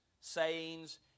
sayings